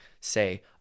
say